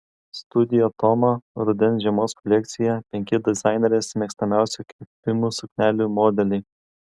studio toma rudens žiemos kolekcijoje penki dizainerės mėgstamiausių kirpimų suknelių modeliai